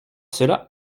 cela